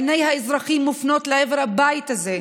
עיני האזרחים מופנות לעבר הבית הזה,